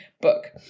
book